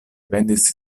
vendis